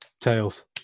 Tails